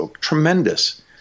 tremendous